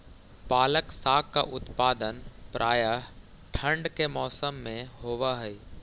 पालक साग का उत्पादन प्रायः ठंड के मौसम में होव हई